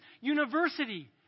university